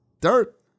Dirt